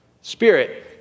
Spirit